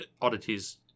oddities